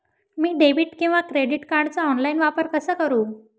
मी debit किंवा credit कार्डचा online वापर कसा करु?